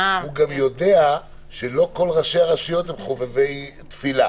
הוא גם יודע שלא כל ראשי הרשויות הם חובבי תפילה.